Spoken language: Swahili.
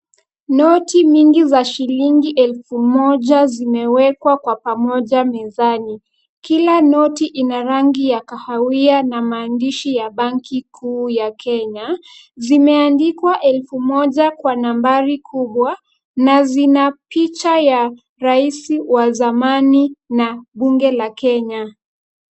Noti mingi za shilingi elufu moja zimewekwa kwa pamoja mezani. Kila noti ina rangi ya kahawia na maandishi ya banki kuu ya Kenya. Zimeandikwa elufu moja kwa nambari kubwa. Na zinapicha ya rais wa zamani na bunge la Kenya.